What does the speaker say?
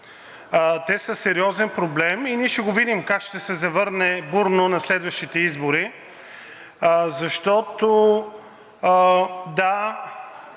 Те са сериозен проблем и ние ще го видим как ще се завърне бурно на следващите избори, защото, да,